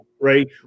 Right